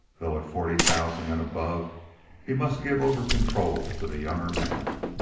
though at forty thousand and above he must give over control to the younger man.